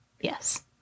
Yes